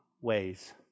ways